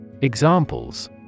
Examples